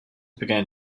began